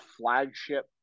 flagship